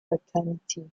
fraternity